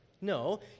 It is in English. No